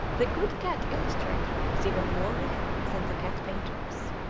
the good cat illustrator is even more rare than the cat painters.